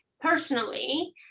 personally